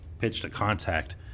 pitch-to-contact